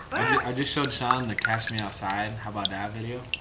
i just showed shawn the cash me outside, how about dat video.